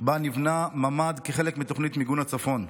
שבה נבנה ממ"ד כחלק מתוכנית מיגון הצפון.